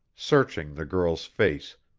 searching the girl's face,